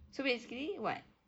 so basically what